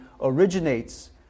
originates